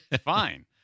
Fine